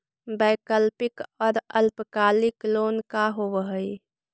वैकल्पिक और अल्पकालिक लोन का होव हइ?